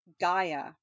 Gaia